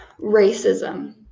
racism